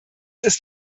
ist